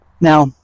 Now